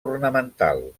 ornamental